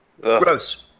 Gross